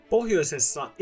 Pohjoisessa